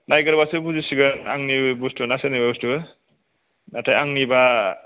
नायग्रोबासो बुजिसिगोन आंनि बुस्तु ना सोरनि बुस्तु नाथाय आंनिबा